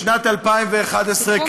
בשנת 2011,